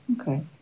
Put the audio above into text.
Okay